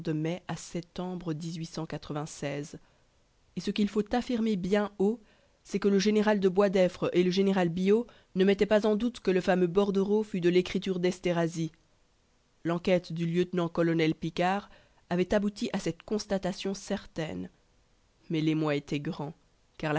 mai à septembre et ce qu'il faut affirmer bien haut c'est que le général gonse était convaincu de la culpabilité d'esterhazy c'est que le général de boisdeffre et le général billot ne mettaient pas en doute que le bordereau ne fût de l'écriture d'esterhazy l'enquête du lieutenant-colonel picquart avait abouti à cette constatation certaine mais l'émoi était grand